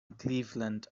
cleveland